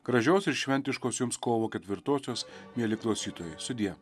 gražios ir šventiškos jums kovo ketvirtosios mieli klausytojai sudie